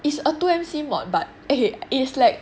it's a two M_C module but eh is like